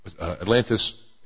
Atlantis